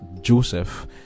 joseph